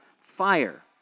fire